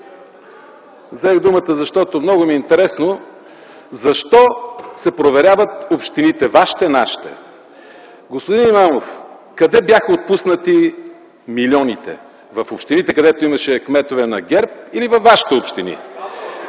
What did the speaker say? Взех думата, защото много ми е интересно защо се проверяват общините – вашите, нашите. Господин Имамов, къде бяха отпуснати милионите – в общините, където имаше кметове на ГЕРБ, или във вашите общини?